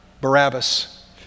Barabbas